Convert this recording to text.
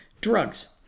drugs